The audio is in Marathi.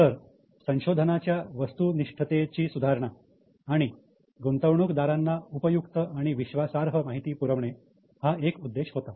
तर संशोधनाच्या वस्तुनिष्ठतेची सुधारणा आणि गुंतवणूकदारांना उपयुक्त आणि विश्वासार्ह माहिती पुरवणे हा एक उद्देश होता